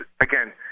again